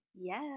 Yes